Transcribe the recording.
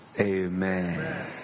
Amen